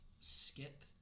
skip